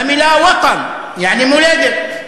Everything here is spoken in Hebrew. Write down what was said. למילה "וַוטן", יעני, מולדת.